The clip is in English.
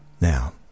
now